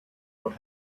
what